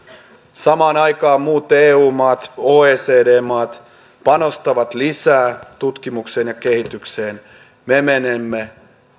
samaan aikaan muut eu maat oecd maat panostavat lisää tutkimukseen ja kehitykseen me menemme